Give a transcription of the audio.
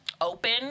open